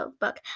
book